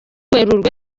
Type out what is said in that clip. werurwe